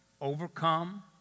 overcome